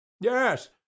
yes